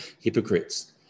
hypocrites